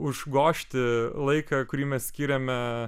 užgožti laiką kurį mes skiriame